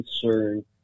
concern